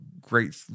great